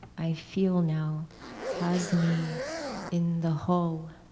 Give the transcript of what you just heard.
i feel now has me in the hull,